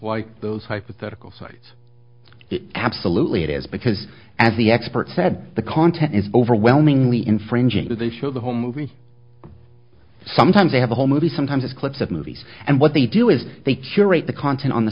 like those hypothetical sites absolutely it is because as the expert said the content is overwhelmingly infringing but they show the whole movie sometimes they have a whole movie sometimes it's clips of movies and what they do is they cure rate the content on the